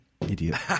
Idiot